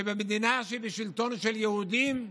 שבמדינה שבשלטון של יהודים,